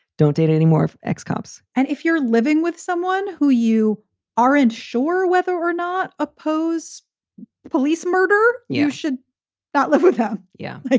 don't do it it anymore, ex cops and if you're living with someone who you aren't sure whether or not oppose police murder, you should not live with them. yeah, like.